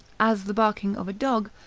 as the barking of a dog,